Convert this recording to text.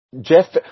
Jeff